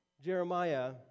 Jeremiah